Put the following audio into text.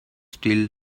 still